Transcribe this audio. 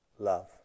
Love